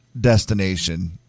destination